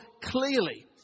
clearly